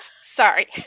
Sorry